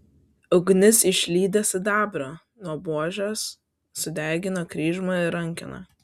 ugnis išlydė sidabrą nuo buožės sudegino kryžmą ir rankeną